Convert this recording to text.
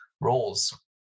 roles